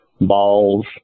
balls